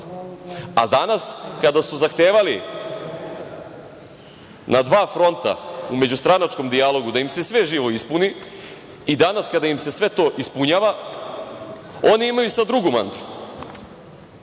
debakl. Danas kada su zahtevali na dva fronta u međustranačkom dijalogu da im se sve živo ispuni i danas kada im se sve to ispunjava, oni imaju sada drugu mantru